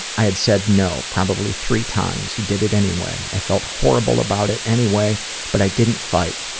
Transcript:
i had said no probably three times. he did it anyway. i felt horrible about it anyway but i didn't fight.